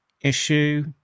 issue